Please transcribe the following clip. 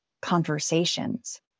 conversations